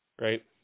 right